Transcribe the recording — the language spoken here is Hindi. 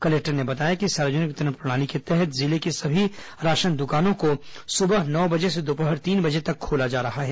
कलेक्टर ने बताया कि सार्वजनिक वितरण प्रणाली के तहत जिले की सभी राशन दुकानों को सुबह नौ बजे से दोपहर तीन बजे तक खोला जा रहा है